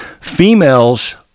females